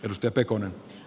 risto pelkonen